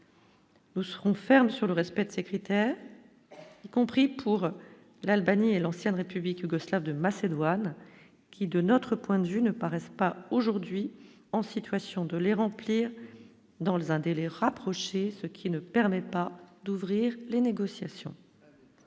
Nous serons fermes sur le respect de ces critères, y compris pour l'Albanie et l'ancienne République yougoslave de Macédoine, qui de notre point de vue ne paraissent pas aujourd'hui en situation de les remplir, dans un délai rapproché, ce qui ne permet pas d'ouvrir les négociations,